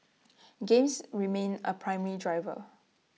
games remain A primary driver